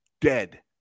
dead